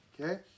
okay